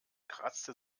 kratzte